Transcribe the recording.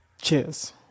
Cheers